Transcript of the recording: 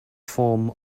form